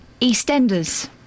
EastEnders